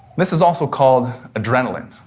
this is also called adrenaline.